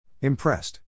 Impressed